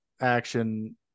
action